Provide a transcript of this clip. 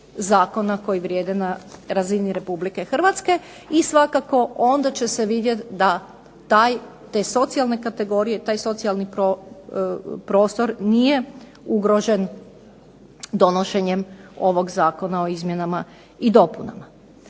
zakona koji vrijede na razini Republike Hrvatske. I svakako onda će se vidjeti da taj, te socijalne kategorije, taj socijalni prostor nije ugrožen donošenjem ovog Zakona o izmjenama i dopunama.